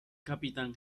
capitán